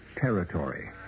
territory